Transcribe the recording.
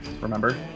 remember